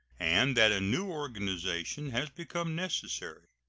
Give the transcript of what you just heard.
and that a new organization has become necessary.